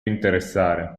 interessare